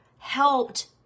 helped